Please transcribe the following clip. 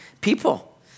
people